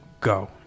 go